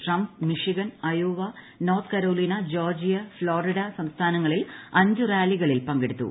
Trump Michigan Iowa North Carolina Georgia Florida സംസ്ഥാനങ്ങളിൽ അഞ്ച് റാലികളിൽ പങ്കെടുത്തു